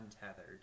untethered